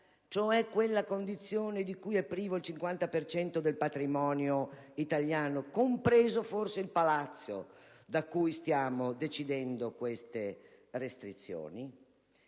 cioè quella condizione di cui è privo il 50 per cento del patrimonio immobiliare italiano, compreso forse il palazzo da cui stiamo decidendo queste restrizioni.